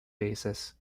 basis